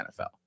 nfl